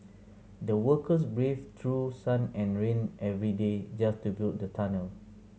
the workers braved through sun and rain every day just to build the tunnel